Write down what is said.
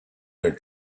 their